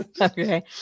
okay